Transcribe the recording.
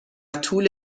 طول